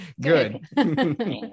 Good